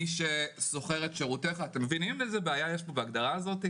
מי ששוכר את שירותך אתם מבינים איזו בעיה יש בהגדרה הזאת?